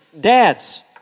dads